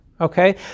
Okay